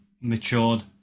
matured